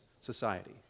society